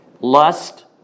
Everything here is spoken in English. lust